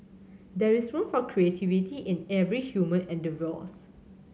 there is room for creativity in every human endeavours